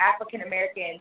African-American